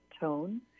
tone